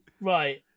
Right